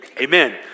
Amen